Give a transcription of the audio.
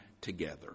together